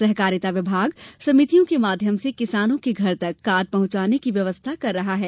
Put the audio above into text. सहकारिता विभाग समितियों के माध्यम से किसानों के घर तक कार्ड पहुंचाने की व्यवस्था कर रहा है